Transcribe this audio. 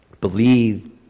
believe